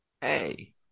Hey